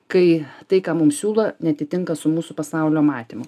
kai tai ką mum siūlo neatitinka su mūsų pasaulio matymu